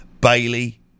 Bailey